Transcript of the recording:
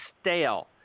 stale